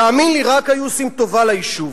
תאמין לי, רק היו עושים טובה ליישוב.